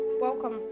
Welcome